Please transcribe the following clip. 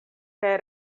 kaj